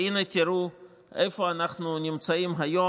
והינה תראו איפה אנחנו נמצאים היום.